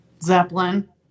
Zeppelin